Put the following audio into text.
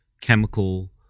chemical